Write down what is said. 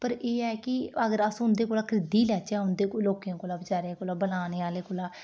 पर एह् ऐ कि अगर अस उं'दे कोला खरीदी लैचे उं'दे लोकें कोला बचेरे कोला बनाने आह्ले कोला